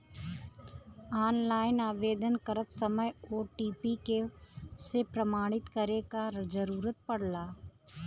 online आवेदन करत समय ओ.टी.पी से प्रमाणित करे क जरुरत पड़ला